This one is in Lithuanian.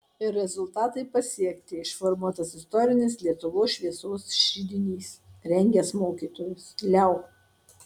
ir rezultatai pasiekti išformuotas istorinis lietuvos šviesos židinys rengęs mokytojus leu